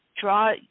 draw